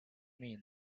mean